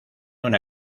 una